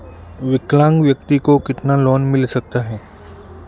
विकलांग व्यक्ति को कितना लोंन मिल सकता है?